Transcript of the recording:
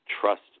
trust